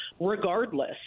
regardless